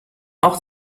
auch